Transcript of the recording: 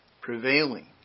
prevailing